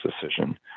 decision